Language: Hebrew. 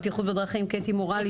קטי מורלי,